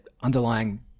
underlying